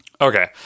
Okay